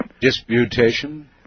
Disputation